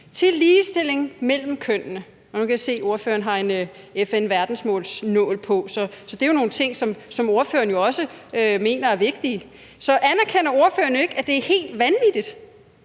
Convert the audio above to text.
til ligestilling mellem kønnene. Nu kan jeg se, at ordføreren har en FN-verdensmålsnål på, så det er jo nogle ting, som ordføreren også mener er vigtige. Så anerkender ordføreren ikke, at det er helt vanvittigt,